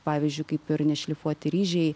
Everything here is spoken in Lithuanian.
pavyzdžiui kaip ir nešlifuoti ryžiai